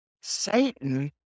Satan